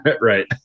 right